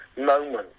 moment